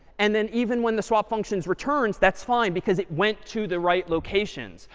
and then even when the swap function returns, that's fine because it went to the right locations.